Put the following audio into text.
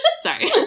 Sorry